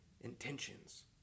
intentions